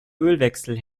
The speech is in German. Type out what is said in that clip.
ölwechsel